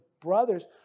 brothers